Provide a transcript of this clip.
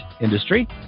industry